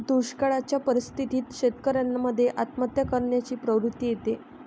दुष्काळयाच्या परिस्थितीत शेतकऱ्यान मध्ये आत्महत्या करण्याची प्रवृत्ति येते